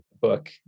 book